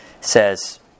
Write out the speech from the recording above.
says